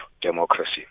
democracy